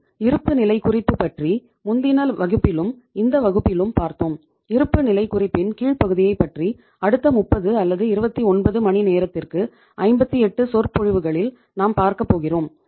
நாம் இருப்புநிலைக் குறிப்பு பற்றி முந்தின வகுப்பிலும் இந்த வகுப்பிலும் பார்த்தோம் இருப்புநிலை குறிப்பின் கீழ்ப்பகுதியை பற்றி அடுத்த 30 அல்லது 29 மணி நேரத்திற்கு 58 சொற்பொழிவுகளில் நாம் பார்க்கப் போகிறோம்